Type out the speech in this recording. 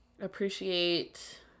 Appreciate